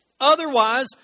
Otherwise